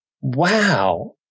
Wow